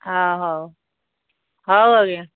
ହଁ ହଉ ହଉ ଆଜ୍ଞା